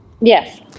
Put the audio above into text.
Yes